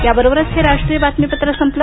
याबरोबरच हे राष्ट्रीय बातमीपत्र संपलं